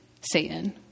Satan